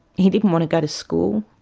he didn't want to go to school,